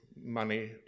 money